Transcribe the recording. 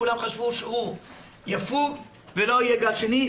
כולם חשבו שהוא יפוג ולא יהיה גל שני,